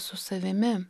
su savimi